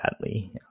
badly